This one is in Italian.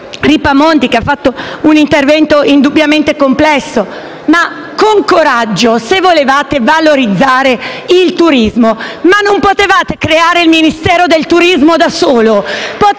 Ripamonti, che ha fatto un intervento indubbiamente complesso. Con coraggio, se volevate valorizzare il turismo, non potevate creare il Ministero del turismo da solo?